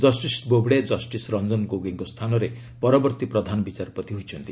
justice Bobde justice Ranjan ଗୋଗେଇଙ୍କ ସ୍ଥାନରେ ପରବର୍ତ୍ତୀ ପ୍ରଧାନ ବିଚାରପତି ହୋଇଛନ୍ତି